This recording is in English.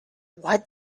what